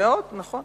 נכון.